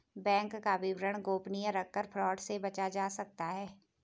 bank का विवरण गोपनीय रखकर फ्रॉड से बचा जा सकता है